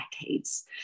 decades